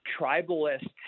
tribalist